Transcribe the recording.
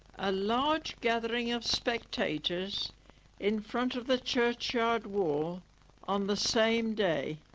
a large gathering of spectators in front of the churchyard wall on the same day